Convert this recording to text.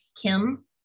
Kim